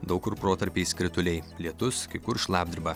daug kur protarpiais krituliai lietus kai kur šlapdriba